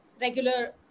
regular